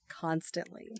constantly